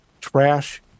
trash